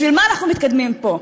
בשביל מה אנחנו מתקדמים פה?